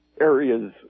Areas